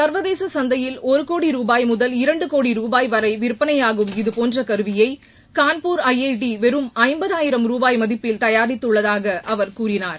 சர்வதேச சந்தையில் ஒரு கோடி ரூபாய் முதல் இரண்டு கோடி ரூபாய் வரை விற்பனையாகும் இதபோன்ற கருவியை கான்பூர் ஐஐடி வெறும் ஐய்பது ஆயிரம் ரூபாய் மதிப்பில் தயாரித்துள்ளதாக அவர் கூறினார்